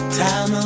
time